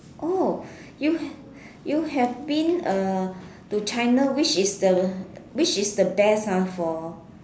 oh you have you have been uh to China which is the which is the best ah for